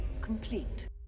complete